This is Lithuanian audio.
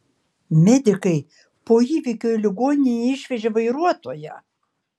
medikai po įvykio į ligoninę išvežė vairuotoją